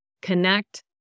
connect